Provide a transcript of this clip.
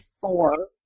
four